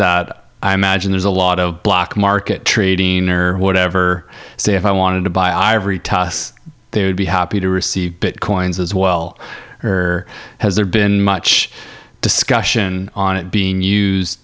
that i imagine there's a lot of black market trading or whatever so if i wanted to buy ivory tusks they would be happy to receive bitcoins as well or has there been much discussion on it being use